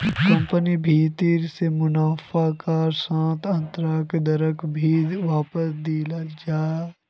कम्पनिर भीति से मुनाफार साथ आन्तरैक दरक भी वापस दियाल जा